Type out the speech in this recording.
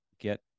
get